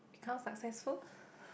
become successful